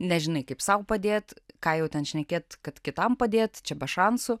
nežinai kaip sau padėt ką jau ten šnekėt kad kitam padėt čia be šansų